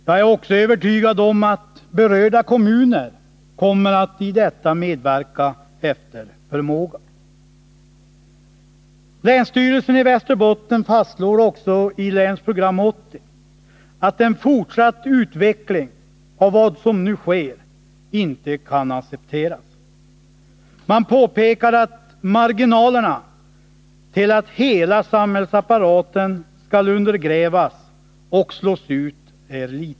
Jag är också övertygad om att berörda kommuner efter förmåga kommer att medverka i ett sådant. Länsstyrelsen i Västerbottens län fastslår också i Länsprogram 1980 att en fortsatt utveckling av vad som nu sker inte kan accepteras. Man påpekar att marginalerna är små innan hela samhällsapparaten undergrävs och slås ut.